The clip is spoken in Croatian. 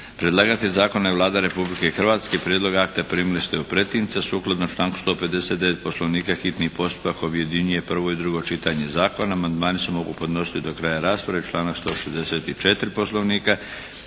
Predlagatelj zakona je Vlada Republike Hrvatske. Prijedlog akta primili ste u pretince. Sukladno članku 159. Poslovnika hitni postupak objedinjuje prvo i drugo čitanje zakona. Amandmani se mogu podnositi do kraja rasprave, članak 164. Poslovnika.